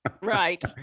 right